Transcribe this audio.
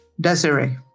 Desiree